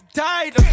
died